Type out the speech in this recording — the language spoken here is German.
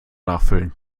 nachfüllen